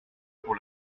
pour